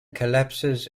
collapses